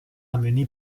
amené